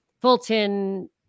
Fulton